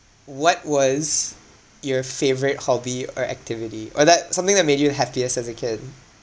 what was your favourite hobby or activity or that something that made you happiest as a kid